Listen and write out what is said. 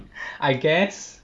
I guess